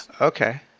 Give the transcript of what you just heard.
Okay